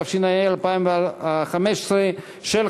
אושרה ותועבר